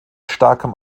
starkem